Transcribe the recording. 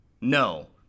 No